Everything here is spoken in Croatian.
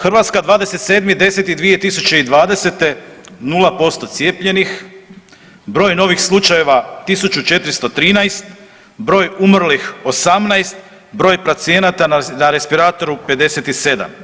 Hrvatska 27.10.2020. 0% cijepljenih, broj novih slučajeva 1413, broj umrlih 18, broj pacijenata na respiratoru 57.